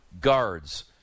guards